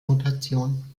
notation